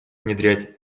внедрять